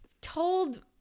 told